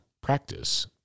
practice